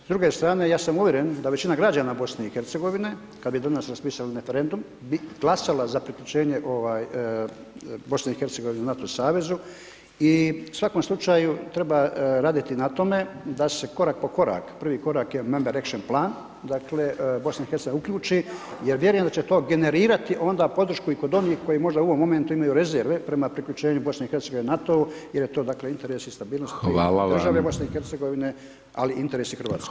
S druge strane, ja sam uvjeren da većina građana BiH kad bi danas raspisali referendum bi glasala za priključenje BiH NATO savezu i u svakom slučaju treba raditi na tome da se korak po korak, prvi je korak je number action plan dakle BiH uključi jer vjerujem da će to generirati onda podršku i kod onih koji možda u ovom momentu imaju rezerve prema priključenju BiH NATO-u jer je to dakle interes stabilnosti [[Upadica: Hvala vam.]] BiH, ali i interesi Hrvatske.